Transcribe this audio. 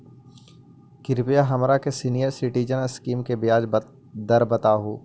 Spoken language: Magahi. कृपा हमरा के सीनियर सिटीजन स्कीम के ब्याज दर बतावहुं